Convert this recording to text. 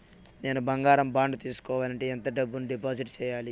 నేను బంగారం బాండు తీసుకోవాలంటే ఎంత డబ్బును డిపాజిట్లు సేయాలి?